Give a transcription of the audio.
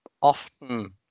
often